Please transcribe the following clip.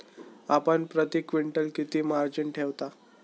आपण प्रती क्विंटल किती मार्जिन ठेवता?